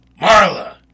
Marla